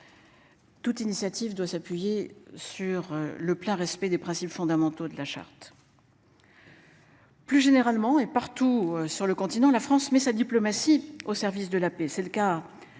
Toute initiative doit s'appuyer sur le plein respect des principes fondamentaux de la charte. Plus généralement, et partout sur le continent, la France, mais sa diplomatie au service de la paix,